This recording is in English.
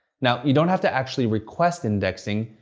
now, you don't have to actually request indexing,